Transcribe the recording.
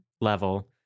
level